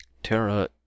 Terra